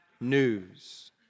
news